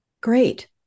great